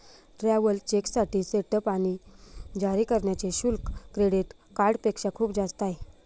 travellers चेकसाठी setup आणि जारी करण्याचे शुल्क क्रेडिट कार्डपेक्षा खूप जास्त आहे